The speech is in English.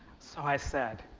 so, i said,